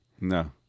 No